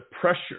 pressure